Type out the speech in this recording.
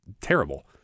terrible